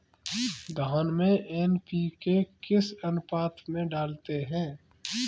धान में एन.पी.के किस अनुपात में डालते हैं?